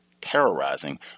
terrorizing